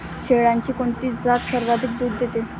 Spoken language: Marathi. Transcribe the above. शेळ्यांची कोणती जात सर्वाधिक दूध देते?